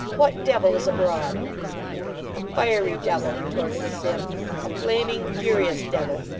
what devil is abroad a fiery devil retorted sim a flaming, furious devil.